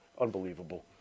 Unbelievable